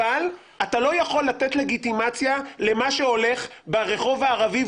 אבל אתה לא יכול לתת לגיטימציה למה שהולך ברחוב הערבי,